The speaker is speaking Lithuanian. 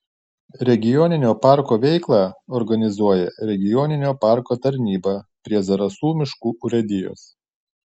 regioninio parko veiklą organizuoja regioninio parko tarnyba prie zarasų miškų urėdijos